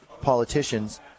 politicians